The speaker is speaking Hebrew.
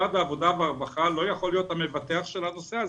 משרד העבודה והרווחה לא יכול להיות המבטח של הנושא הזה.